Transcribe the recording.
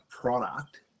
product